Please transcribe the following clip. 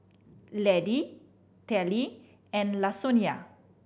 Laddie Telly and Lasonya